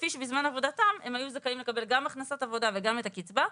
כפי שבזמן עבודתם הם היו זכאים לקבל גם הכנסת עבודה וגם את הקצבה,